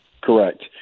Correct